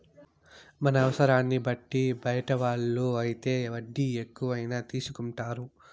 మన అవసరాన్ని బట్టి బయట వాళ్ళు అయితే వడ్డీ ఎక్కువైనా తీసుకుంటారు